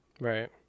Right